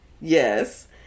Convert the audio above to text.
Yes